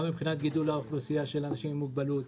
גם מבחינת גידול האוכלוסייה של אנשים עם מוגבלות,